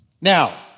Now